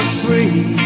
free